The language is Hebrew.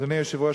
אדוני היושב-ראש,